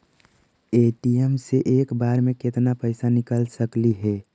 ATM से एक बार मे केत्ना पैसा निकल सकली हे?